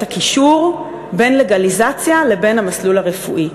הקישור בין לגליזציה לבין המסלול הרפואי,